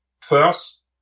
First